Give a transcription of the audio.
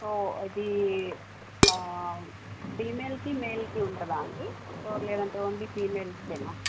so అది ఫీమేల్కి మేల్కి ఉంటుందా అండి లేదంటే ఓన్లీ ఫీమెల్స్కేనా